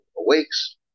awakes